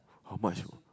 how much